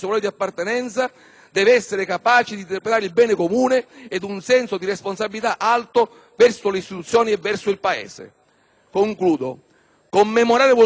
deve essere capace di interpretare il bene comune e un senso di responsabilità alto verso le istituzioni e verso il Paese. Commemorare significa ricordare insieme,